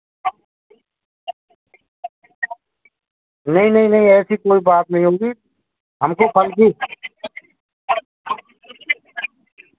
नहीं नहीं नहीं ऐसी कोई बात नहीं होंगी हमको फल भी